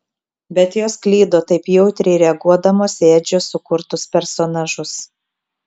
bet jos klydo taip jautriai reaguodamos į edžio sukurtus personažus